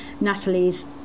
Natalie's